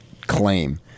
claim